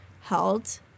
held